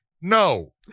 no